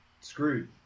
screwed